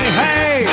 hey